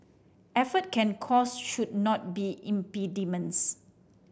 effort and cost should not be impediments